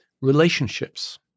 relationships